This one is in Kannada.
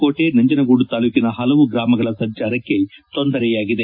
ಕೋಟೆ ನಂಜನಗೂಡು ತಾಲ್ಲೂಕಿನ ಪಲವು ಗ್ರಾಮಗಳ ಸಂಜಾರಕ್ಕೆ ತೊಂದರೆಯಾಗಿದೆ